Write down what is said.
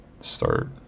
start